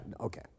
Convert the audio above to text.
Okay